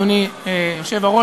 אדוני היושב-ראש,